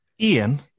Ian